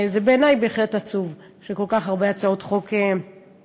זה בעיני בהחלט עצוב שכל כך הרבה הצעות חוק נדחות,